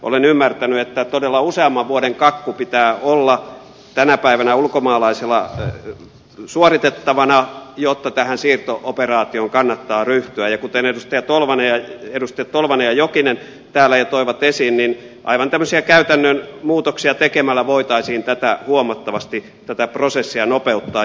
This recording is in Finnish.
olen ymmärtänyt että todella useamman vuoden kakku pitää olla tänä päivänä ulkomaalaisella suoritettavana jotta tähän siirto operaatioon kannattaa ryhtyä ja kuten edustajat tolvanen ja jokinen täällä jo toivat esiin aivan tämmöisiä käytännön muutoksia tekemällä voitaisiin huomattavasti tätä prosessia nopeuttaa